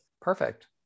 Perfect